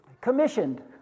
Commissioned